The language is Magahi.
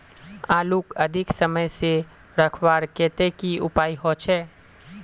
आलूक अधिक समय से रखवार केते की उपाय होचे?